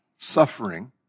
suffering